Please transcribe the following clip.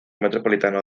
metropolitano